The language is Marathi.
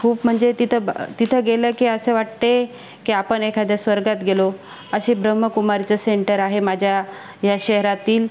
खूप म्हणजे तिथे ब तिथे गेले की असे वाटते की आपण एखाद्या स्वर्गात गेलो असे ब्रह्मकुमारीचे सेंटर आहे माझ्या या शहरातील